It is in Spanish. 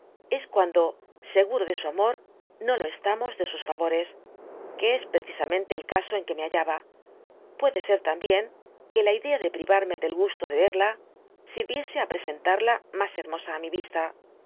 es cuando seguro de su amor no lo estamos de sus favores que es dby google precisamenle el caso en que me hallaba puede ser también que la idea de priyarme del gusto de verla sirviese i presentarla mas benosa á mi vista